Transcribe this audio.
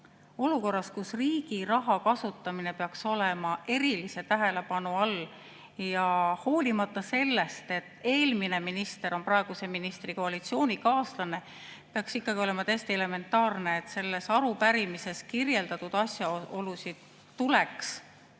Olukorras, kus riigi raha kasutamine peaks olema erilise tähelepanu all, hoolimata sellest, et eelmine minister on praeguse ministri koalitsioonikaaslane, on ikkagi täiesti elementaarne, et selles arupärimises kirjeldatud asjaolusid tuleks